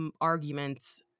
Arguments